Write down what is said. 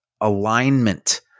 alignment